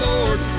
Lord